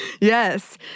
Yes